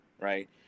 right